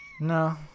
No